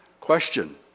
Question